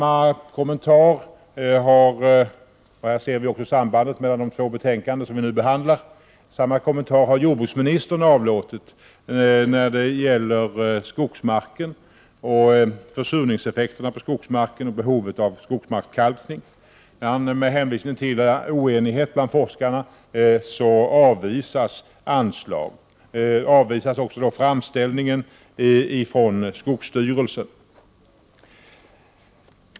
Här ser vi också sambandet mellan de två betänkanden som vi nu behandlar. Samma kommentar har jordbruksministern avlåtit när det gäller skogsmarken, försurningseffekterna på skogsmarken och behovet av skogsmarkskalkning. Med hänvisning till oenighet bland forskarna avvisas anslag och avvisas framställningen från skogsstyrelsen.